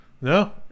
No